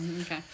Okay